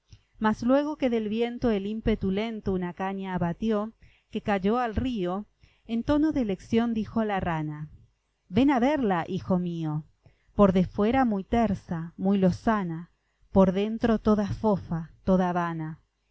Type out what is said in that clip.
mas luego que del viento el ímpetu lento una caña abatió que cayó al río en tono de lección dijo la rana ven a verla hijo mío por defuera muy tersa muy lozana por dentro toda fofa toda vana si